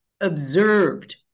observed